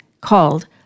called